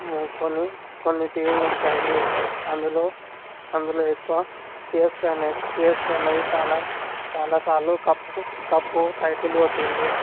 కొన్ని కొన్ని టీంలు ఉంటాయి అందులో అందులో ఎక్కువ సీఎస్కె అనేది సీఎస్కె అనేది చాలా చాలా సార్లు కప్పు కప్పు టైటిల్ కొట్టింది